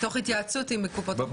תוך התייעצות עם קופות החולים.